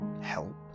Help